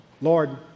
Lord